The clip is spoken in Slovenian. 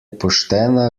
poštena